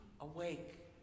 awake